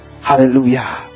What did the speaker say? Hallelujah